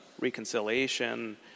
reconciliation